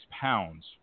pounds